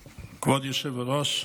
היושב-ראש,